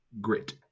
grit